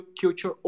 culture